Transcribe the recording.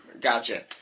Gotcha